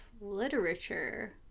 literature